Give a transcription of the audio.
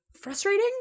frustrating